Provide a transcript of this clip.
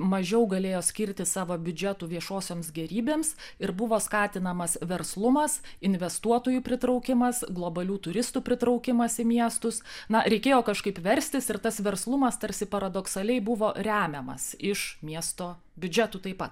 mažiau galėjo skirti savo biudžetų viešosioms gėrybėms ir buvo skatinamas verslumas investuotojų pritraukimas globalių turistų pritraukimas į miestus na reikėjo kažkaip verstis ir tas verslumas tarsi paradoksaliai buvo remiamas iš miesto biudžetų taip pat